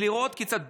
לראות כיצד,